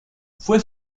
fue